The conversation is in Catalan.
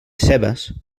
cebes